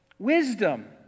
Wisdom